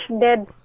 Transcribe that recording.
dead